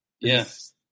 Yes